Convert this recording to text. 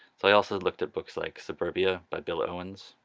so i also looked at books like suburbia by bill owens,